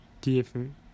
Different